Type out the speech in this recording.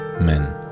men